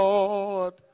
Lord